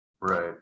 Right